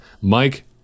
Mike